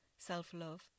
self-love